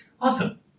Awesome